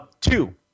Two